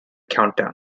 countdown